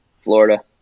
Florida